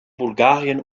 bulgarien